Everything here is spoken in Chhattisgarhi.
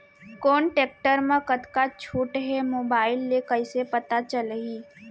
कोन टेकटर म कतका छूट हे, मोबाईल ले कइसे पता चलही?